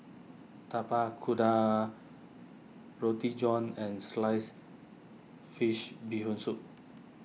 Tapak Kuda Roti John and Sliced Fish Bee Hoon Soup